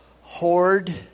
hoard